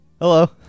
Hello